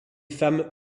femmes